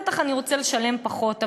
אני רוצה לשלם פחות.